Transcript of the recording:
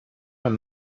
man